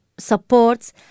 supports